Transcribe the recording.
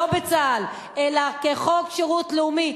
לא בצה"ל אלא כחוק שירות לאומי.